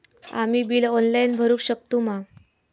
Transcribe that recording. आम्ही bill online भरुक शकतू मा?